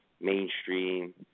mainstream